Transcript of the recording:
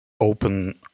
open